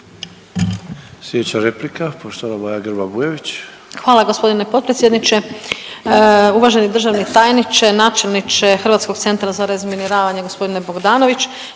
Hvala g. potpredsjedniče. Uvaženi državni tajniče, načelniče Hrvatskog centra za razminiravanje g. Bogdanović.